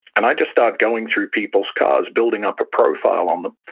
and i just start going through people's cars, building up a profile on them.